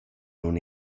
nun